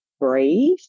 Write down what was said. breathe